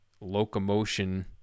locomotion